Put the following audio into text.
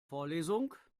vorlesung